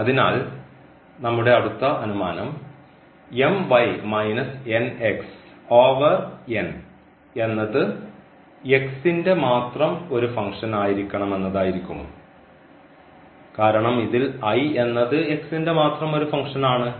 അതിനാൽ നമ്മുടെ അടുത്ത അനുമാനം എന്നത് ന്റെ മാത്രം ഒരു ഫങ്ക്ഷൻ ആയിരിക്കണമെന്നതായിരിക്കും കാരണം ഇതിൽ എന്നത് ന്റെ മാത്രം ഒരു ഫങ്ക്ഷൻ ആണ്